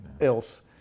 else